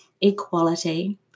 equality